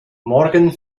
morgen